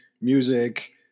music